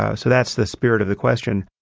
ah so that's the spirit of the question.